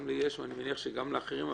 גם לי יש ואני מניח שגם לאחרים,